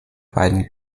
beiden